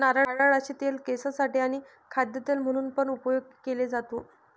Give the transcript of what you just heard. नारळाचे तेल केसांसाठी आणी खाद्य तेल म्हणून पण उपयोग केले जातो